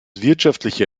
wirtschaftliche